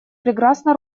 прекрасно